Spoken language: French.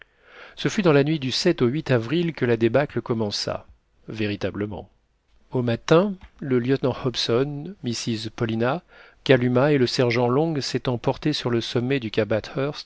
ce fut dans la nuit du au avril que la débâcle commença véritablement au matin le lieutenant hobson mrs paulina kalumah et le sergent long s'étant portés sur le sommet du